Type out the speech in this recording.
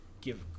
give